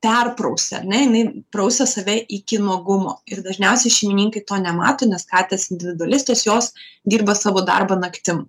perprausia ar ne jinai prausia save iki nuogumo ir dažniausiai šeimininkai to nemato nes katės individualistės jos dirba savo darbą naktim